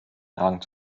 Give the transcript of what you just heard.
tragen